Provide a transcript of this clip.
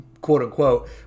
quote-unquote